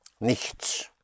Nichts